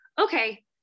okay